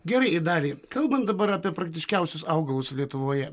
gerai idalija kalbant dabar apie praktiškiausius augalus lietuvoje